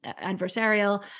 adversarial